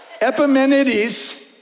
Epimenides